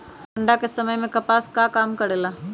ठंडा के समय मे कपास का काम करेला?